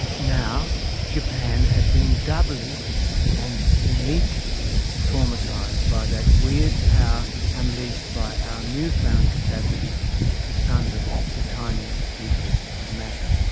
now japan had been doubly and uniquely traumatised by that weird power unleashed by our newfound capacity to sunder the tiniest pieces of matter.